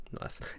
nice